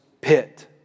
pit